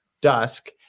dusk